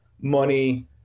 money